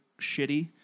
shitty